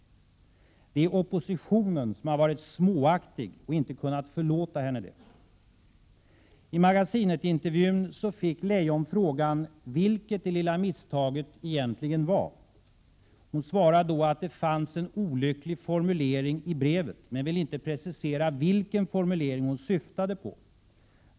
Det är oppositionen som har varit småaktig och inte kunnat förlåta henne det. I Magasinetintervjun fick Leijon frågan vilket det lilla misstaget egentligen var. Hon svarade då att det fanns en olycklig formulering i brevet, men ville inte precisera vilken formulering hon syftade på.